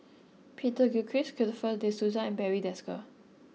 Peter Gilchrist Christopher De Souza and Barry Desker